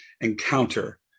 encounter